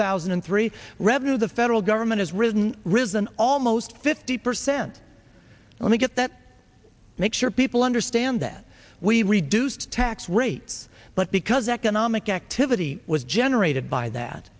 thousand and three revenue the federal government has risen risen almost fifty percent and we get that make sure people understand that we reduced tax rates but because economic activity was generated by that